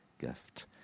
gift